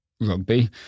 rugby